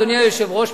אדוני היושב-ראש,